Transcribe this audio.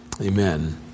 Amen